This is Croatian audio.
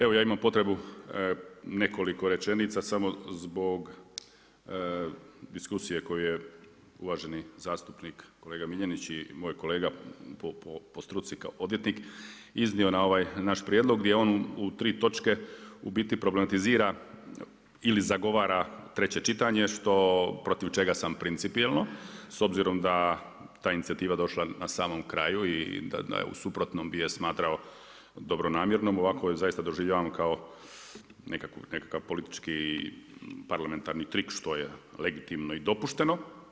Evo ja imam potrebu nekoliko rečenica samo zbog diskusije koju je uvaženi zastupnik kolega Miljenić i moj kolega po struci kao odvjetnik iznio na ovaj naš prijedlog gdje on u tri točke u biti problematizira ili zagovara treće čitanje što, protiv čega sam principijelno, s obzirom da je ta inicijativa došla na samom kraju i da je u suprotnom bi je smatrao dobronamjernom, ovako je doista doživljavam kao nekakav politički parlamentarni trik što je legitimno i dopušteno.